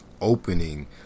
opening